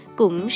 cũng